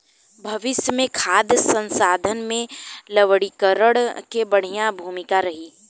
भविष्य मे खाद्य संसाधन में लवणीकरण के बढ़िया भूमिका रही